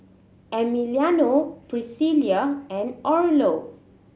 Emiliano Priscila and Orlo